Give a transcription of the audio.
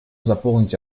заполнить